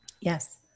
Yes